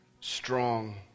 strong